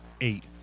Eight